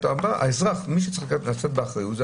במקום שמי שצריך לשאת באחריות,